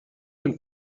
vingt